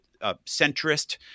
centrist